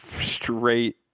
straight